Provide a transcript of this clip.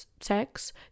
sex